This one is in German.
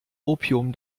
opium